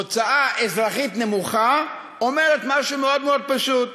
הוצאה אזרחית נמוכה אומרת משהו מאוד מאוד פשוט,